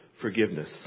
forgiveness